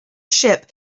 ship